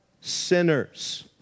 sinners